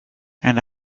and